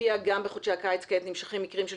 לפיה גם בחודשי הקיץ כעת נמשכים מקרים של